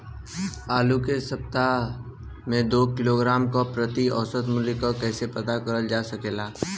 आलू के सप्ताह में दो किलोग्राम क प्रति औसत मूल्य क कैसे पता करल जा सकेला?